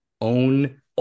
own